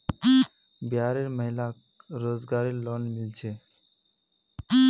बिहार र महिला क रोजगार रऐ लोन मिल छे